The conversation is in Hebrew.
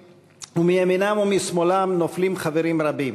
ומימינם ומשמאלם נופלים חברים רבים,